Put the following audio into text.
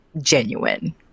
genuine